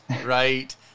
right